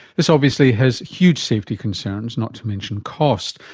this obviously has huge safety concerns, not to mention cost.